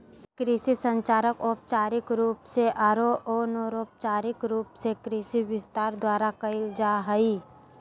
कृषि संचार औपचारिक रूप से आरो अनौपचारिक रूप से कृषि विस्तार द्वारा कयल जा हइ